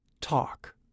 Talk